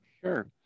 Sure